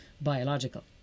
biological